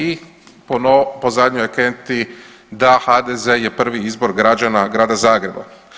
I po zadnjoj anketi da HDZ je prvi izbor građana grada Zagreba.